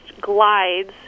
glides